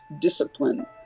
discipline